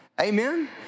Amen